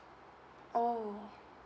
oh